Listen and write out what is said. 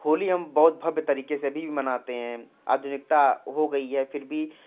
होली हम बहुत भव्य तरीके से भी मनाते है आधुनिकता हो गई है फिर भी